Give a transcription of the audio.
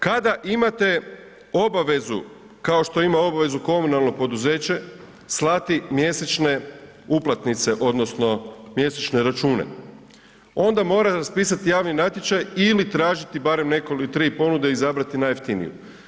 Kada imate obavezu kao što ima obavezu komunalno poduzeće slati mjesečne uplatnice odnosno mjesečne računa onda mora raspisati javni natječaj ili tražiti tri ponude i izabrati najjeftiniju.